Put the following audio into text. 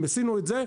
אם עשינו את זה,